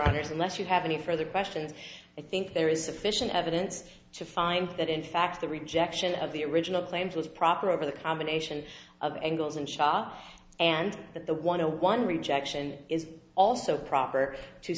unless you have any further questions i think there is sufficient evidence to find that in fact the rejection of the original claims was proper over the combination of angles and shots and that the one zero one rejection is also proper to